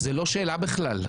זו לא שאלה בכלל,